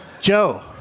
Joe